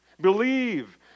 Believe